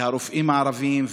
והרופאים הערבים,